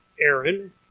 Aaron